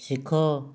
ଶିଖ